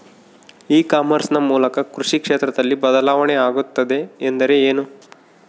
E commerce ನ ಮೂಲಕ ಕೃಷಿ ಕ್ಷೇತ್ರದಲ್ಲಿ ಬದಲಾವಣೆ ಆಗುತ್ತಿದೆ ಎಂದರೆ ಏನು?